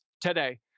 today